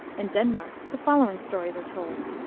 in denmark the following stories are told